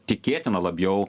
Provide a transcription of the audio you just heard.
tikėtina labiau